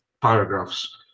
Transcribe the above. paragraphs